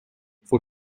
for